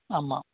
ஆமாம்